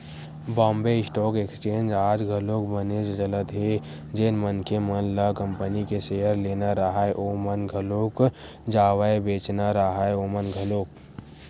Bombay stock exchange आज घलोक बनेच चलत हे जेन मनखे मन ल कंपनी के सेयर लेना राहय ओमन घलोक जावय बेंचना राहय ओमन घलोक